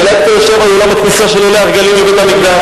אל-אקצא יושב על אולם הכניסה של עולי הרגלים לבית-המקדש,